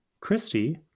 Christy